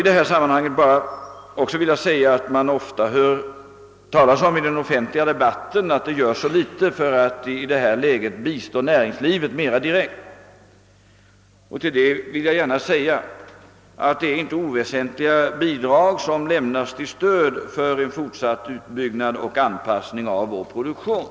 I den offentliga debatten hör man ofta sägas att det görs så litet för att i det aktuella läget mera direkt bistå näringslivet. Med anledning härav vill jag bara erinra om att det inte är oväsentliga bidrag som lämnas till stöd för en fortsatt utbyggnad och anpassning av vår produktion.